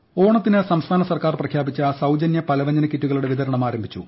ഓണക്കിറ്റ് ഓണത്തിന് സംസ്ഥാന സർക്കാർ പ്രഖ്യാപിച്ച സൌജന്യ പലവൃഞ്ജന കിറ്റുകളുടെ വിതരണം ആരംഭിച്ചു